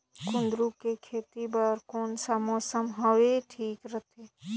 कुंदूरु के खेती बर कौन सा मौसम हवे ठीक रथे?